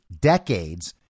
decades